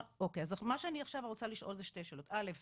אז מה שאני רוצה לשאול עכשיו זה שתי שאלות, אל"ף